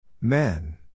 men